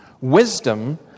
wisdom